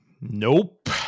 nope